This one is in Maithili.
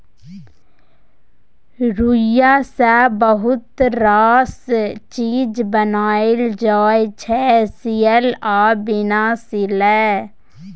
रुइया सँ बहुत रास चीज बनाएल जाइ छै सियल आ बिना सीयल